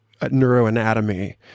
neuroanatomy